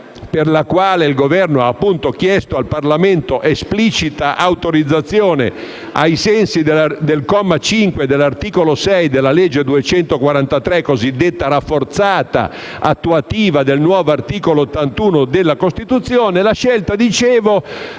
per la quale il Governo ha chiesto al Parlamento esplicita autorizzazione, ai sensi del comma 5 dell'articolo 6 della legge n. 243 del 2012, cosiddetta rafforzata, attuativa del nuovo articolo 81 della Costituzione. Mi riferisco